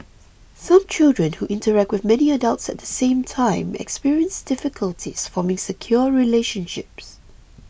some children who interact with many adults at the same time experience difficulties forming secure relationships